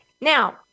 Now